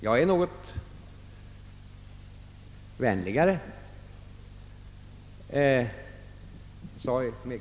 Jag är något vänligare.